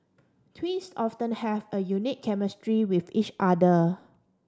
twins often have a unique chemistry with each other